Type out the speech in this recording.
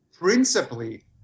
Principally